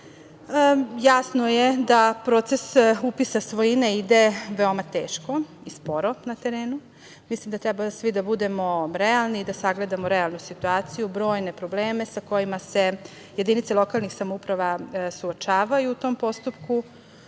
je da proces upisa svojine ide veoma teško i sporo na terenu. Mislim da treba svi da budemo realni i da sagledamo realno situaciju, brojne probleme sa kojima se jedinice lokalnih samouprava suočavaju u tom postupku.